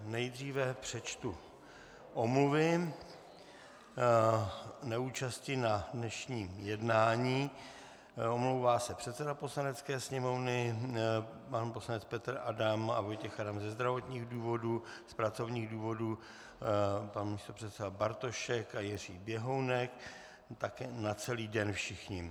Nejdříve přečtu omluvy neúčasti na dnešním jednání: omlouvá se předseda Poslanecké sněmovny, pan poslanec Petr Adam a Vojtěch Adam ze zdravotních důvodů, z pracovních důvodů pan místopředseda Bartošek a Jiří Běhounek, také na celý den všichni.